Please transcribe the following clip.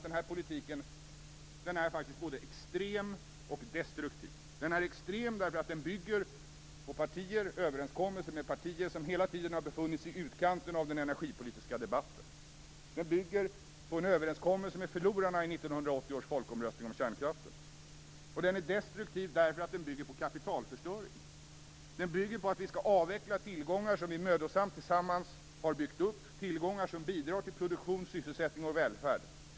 Denna politik är både extrem och destruktiv. Den är extrem därför att den bygger på överenskommelser med partier som hela tiden har befunnit sig i utkanten av den energipolitiska debatten. Den bygger på en överenskommelse med förlorarna i 1980 års folkomröstning om kärnkraften. Den är destruktiv därför att den bygger på kapitalförstöring. Den bygger på att vi skall avveckla tillgångar som vi mödosamt tillsammans har byggt upp, tillgångar som bidrar till produktion, sysselsättning och välfärd.